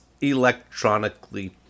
electronically